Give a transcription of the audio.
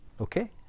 okay